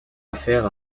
affaire